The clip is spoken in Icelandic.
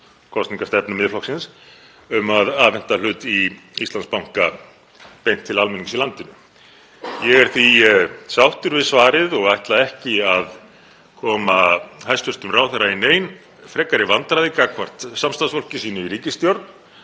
kosningastefnu Miðflokksins um að afhenda hlut í Íslandsbanka beint til almennings í landinu. Ég er því sáttur við svarið og ætla ekki að koma hæstv. ráðherra í nein frekari vandræði gagnvart samstarfsfólki sínu í ríkisstjórn.